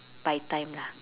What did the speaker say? by time lah